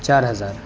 چار ہزار